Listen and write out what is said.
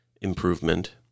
improvement